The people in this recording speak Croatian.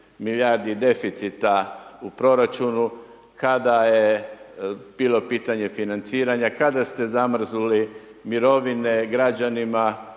milijardi deficita u proračunu kada je bilo pitanje financiranja, kada ste zamrznuli mirovine građanima,